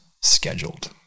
scheduled